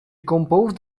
composed